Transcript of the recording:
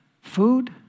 Food